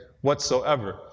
whatsoever